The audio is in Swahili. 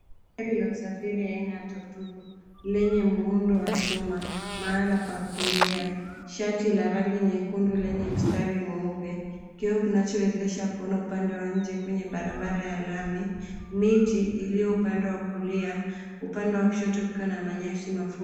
Gari la usafiri aina ya tuktuku lenye muundo wa chuma mahala pakelea shati la rangi nyekundu lenye mistari mweupe, kioo kinachowezesha kuona upande wa nje kwenye barabara ya lami. Miti iliyopandwa kulia, upande wa kushoto kukiwa na manyasi mafupi.